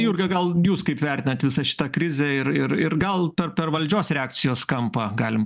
jurga gal jūs kaip vertinat visą šitą krizę ir ir gal per per valdžios reakcijos kampą galim